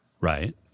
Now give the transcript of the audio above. Right